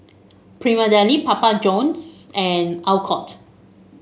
Prima Deli Papa Johns and Alcott